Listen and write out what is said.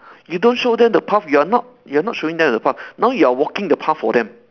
you don't show them the path you are not you are not showing them the path now you are walking the path for them